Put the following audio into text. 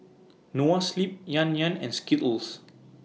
Noa Sleep Yan Yan and Skittles